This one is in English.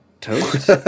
toast